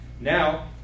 now